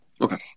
Okay